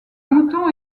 mouton